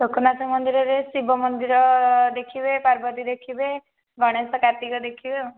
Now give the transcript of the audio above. ଲୋକନାଥ ମନ୍ଦିରରେ ଶିବ ମନ୍ଦିର ଦେଖିବେ ପାର୍ବତୀ ଦେଖିବେ ଗଣେଶ କାର୍ତ୍ତିକ ଦେଖିବେ ଆଉ